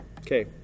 Okay